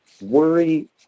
Worry